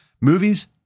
movies